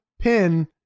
pin